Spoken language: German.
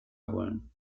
wollen